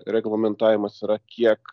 reglamentavimas yra kiek